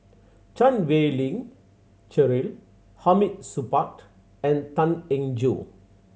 Chan Wei Ling Cheryl Hamid Supaat and Tan Eng Joo